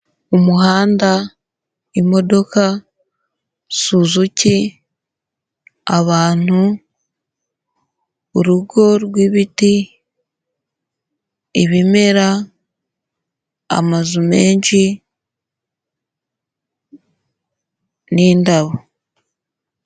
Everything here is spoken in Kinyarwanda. Umuhanda, imodoka, suzuki, abantu, urugo rw'ibiti, ibimera, amazu menshi, n'indabo.